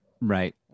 Right